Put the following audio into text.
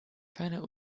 keine